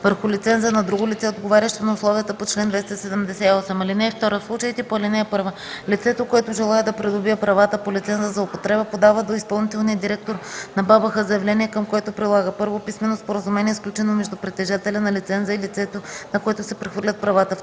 върху лиценза на друго лице, отговарящо на условията по чл. 278. (2) В случаите по ал. 1 лицето, което желае да придобие правата по лиценза за употреба, подава до изпълнителния директор на БАБХ заявление, към което прилага: 1. писмено споразумение, сключено между притежателя на лиценза и лицето, на което се прехвърлят правата;